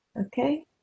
Okay